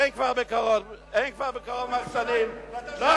אין כבר בכל המחסנים, אבל אסור לבנות בירושלים.